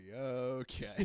okay